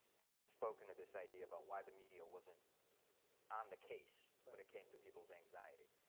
has spoken of this idea about why the media wasn't on the case when when it came to people's anxiety.